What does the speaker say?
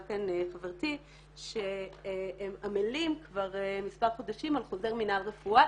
כאן חברתי שהם עמלים כבר מספר חודשים על חוזר מנהל רפואה